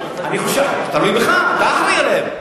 זה תלוי בך, אתה אחראי להם.